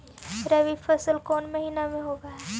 रबी फसल कोन महिना में होब हई?